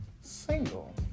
single